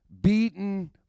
beaten